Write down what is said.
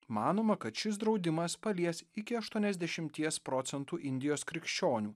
manoma kad šis draudimas palies iki aštuoniasdešimties procentų indijos krikščionių